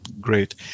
Great